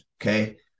okay